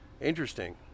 interesting